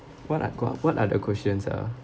what ah got what other questions ah